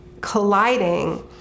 colliding